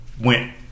went